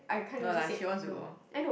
no lah she wants to go